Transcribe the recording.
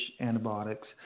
antibiotics